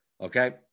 Okay